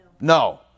No